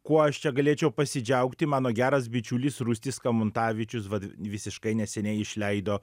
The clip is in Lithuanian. kuo aš čia galėčiau pasidžiaugti mano geras bičiulis rūstis kamuntavičius vat visiškai neseniai išleido